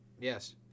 Yes